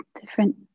different